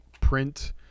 print